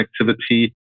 connectivity